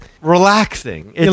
relaxing